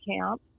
camp